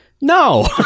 no